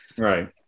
Right